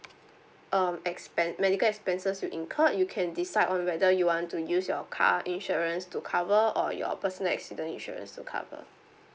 um expense medical expenses you incurred you can decide on whether you want to use your car insurance to cover or your personal accident insurance to cover